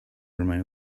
remain